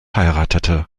heiratete